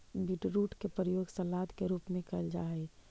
beetroot के प्रयोग सलाद के रूप में कैल जा हइ